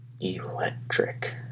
Electric